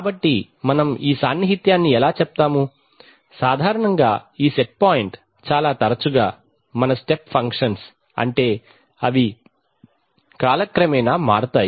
కాబట్టి మనం ఈ సాన్నిహిత్యాన్ని ఎలా చెప్తాము సాధారణంగా ఈ సెట్ పాయింట్ చాలా తరచుగా మన స్టెప్ ఫంక్షన్స్ అంటే అవి కాలక్రమేణా ఇలా మారుతాయి